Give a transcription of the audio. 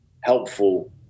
helpful